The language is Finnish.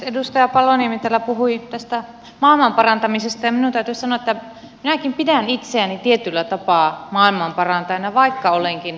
edustaja paloniemi täällä puhui tästä maailman parantamisesta ja minun täytyy sanoa että minäkin pidän itseäni tietyllä tapaa maailmanparantajana vaikka olenkin perussuomalainen